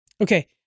Okay